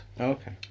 okay